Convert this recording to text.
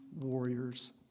warrior's